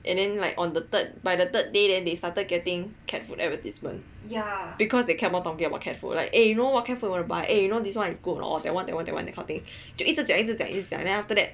and then like on the third by the third day then they started getting cat food advertisement because they keep on talking about cat food like eh you know what cat food you want to buy eh you know this one is good or that one that one that one then 一直讲一直讲 then after that